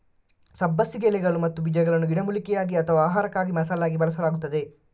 ಸಬ್ಬಸಿಗೆ ಎಲೆಗಳು ಮತ್ತು ಬೀಜಗಳನ್ನು ಗಿಡಮೂಲಿಕೆಯಾಗಿ ಅಥವಾ ಆಹಾರಕ್ಕಾಗಿ ಮಸಾಲೆಯಾಗಿ ಬಳಸಲಾಗುತ್ತದೆ